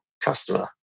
customer